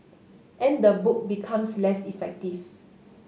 and the book becomes less effective